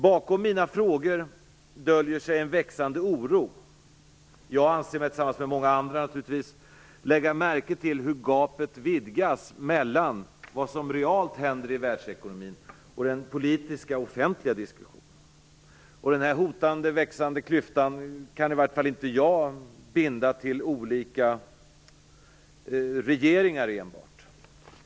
Bakom mina frågor döljer sig en växande oro. Jag anser mig, tillsammans med många andra naturligtvis, lägga märke till hur gapet vidgas mellan vad som realt händer i världsekonomin och den politiska offentliga diskussionen. Den här hotande, växande klyftan kan åtminstone inte jag enbart binda till olika regeringar.